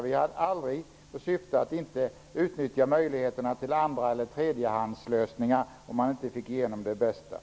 Vi hade aldrig något syfte att inte utnyttja möjligheterna till andra eller tredjehands lösningar om den bästa lösningen inte skulle gå att genomföra.